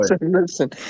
listen